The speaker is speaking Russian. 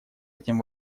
этим